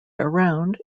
around